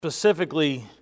specifically